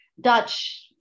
dutch